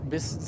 bis